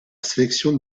sélection